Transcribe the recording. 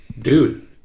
dude